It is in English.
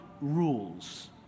rules